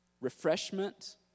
refreshment